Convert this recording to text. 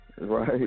Right